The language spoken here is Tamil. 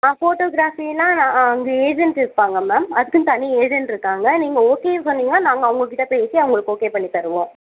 ஆ ஃபோட்டோஃகிராபிலாம் அ அங்கே ஏஜெண்ட் இருப்பாங்க மேம் அதுக்குனு தனி ஏஜெண்ட் இருக்காங்க நீங்கள் ஓகே சொன்னீங்கன்னா நாங்கள் அவங்ககிட்ட பேசி உங்களுக்கு ஓகே பண்ணி தருவோம்